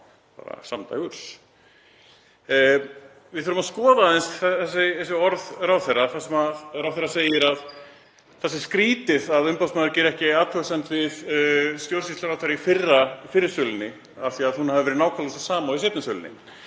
samdægurs. Við þurfum að skoða aðeins þessi orð ráðherra þegar ráðherra segir að það sé skrýtið að umboðsmaður geri ekki athugasemd við stjórnsýsluna í fyrri sölunni af því að hún hafi verið nákvæmlega sú sama og í seinni sölunni.